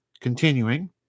Continuing